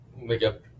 makeup